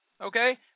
Okay